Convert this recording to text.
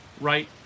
right